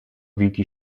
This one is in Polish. wilki